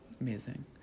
amazing